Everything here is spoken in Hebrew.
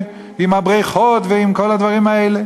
עם הבריכות ועם כל הדברים האלה.